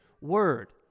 Word